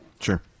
Sure